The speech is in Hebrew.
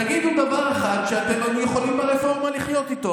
תגידו דבר אחד שאתם יכולים ברפורמה לחיות איתו.